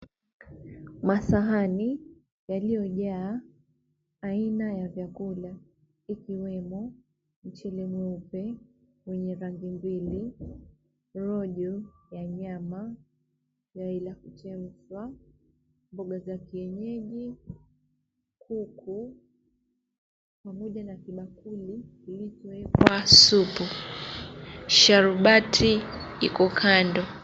Masahani yaliyo jaa aina ya vyakula ikiwemo mchele nyeupe, wenye rangi mbili, rojo ya nyama, yai la kuchemshwa, mboga za kienyeji, kuku pamoja na bakuli kilichowekwa supu, sharobati ipo kando.